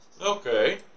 Okay